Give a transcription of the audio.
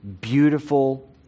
beautiful